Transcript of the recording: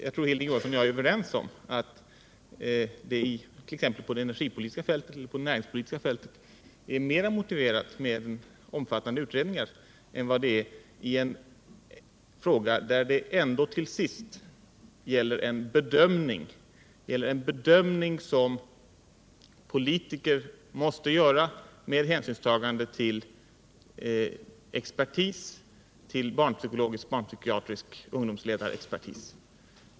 Jag tror att vi är överens om att det t.ex. på det energipolitiska eller näringspolitiska fältet är mera motiverat med omfattande utredningar än vad det är i en fråga där det ändå till sist gäller en bedömning som politiker måste göra med hänsynstagande till expertis — barnpsykologisk, barnpsykiatrisk och ungdomsledarexpertis.